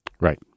Right